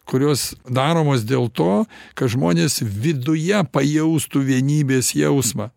kurios daromos dėl to kad žmonės viduje pajaustų vienybės jausmą